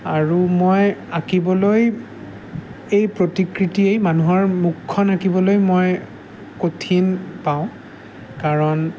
আৰু মই আঁকিবলৈ এই প্ৰতিকৃতিয়েই মানুহৰ মুখখন আঁকিবলৈ মই কঠিন পাওঁ কাৰণ